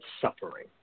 suffering